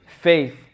faith